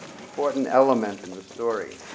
important element in the story.